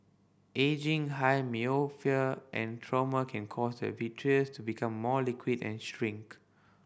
ageing high myopia and trauma can cause the vitreous to become more liquid and shrink